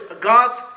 God's